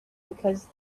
because